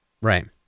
Right